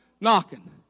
knocking